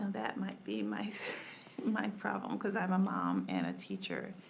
that might be my my problem, cause i'm a mom and a teacher,